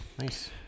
nice